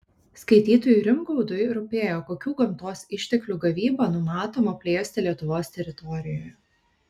skaitytojui rimgaudui rūpėjo kokių gamtos išteklių gavybą numatoma plėsti lietuvos teritorijoje